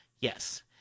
Yes